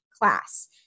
class